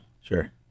sure